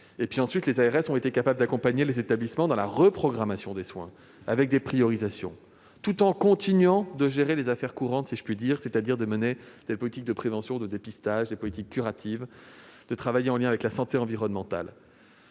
du covid. Les ARS ont aussi été capables d'accompagner les établissements dans la reprogrammation des soins, avec des priorisations, tout en continuant de gérer les affaires courantes : mener des politiques de prévention, de dépistage, des politiques curatives ; travailler en lien avec la santé environnementale.